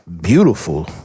beautiful